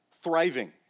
thriving